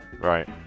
Right